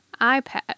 iPad